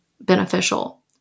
beneficial